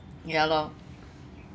ya lor